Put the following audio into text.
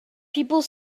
people